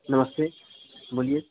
नमस्ते बोलिए